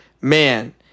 man